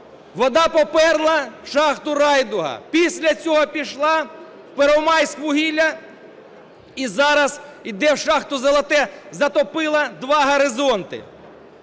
Вода поперла в шахту "Райдуга". Після цього пішла в "Первомайськвугілля" і зараз іде в шахту "Золоте", затопила два горизонти.